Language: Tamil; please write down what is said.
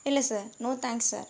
இல்லை சார் நோ தேங்க்ஸ் சார்